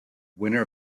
winner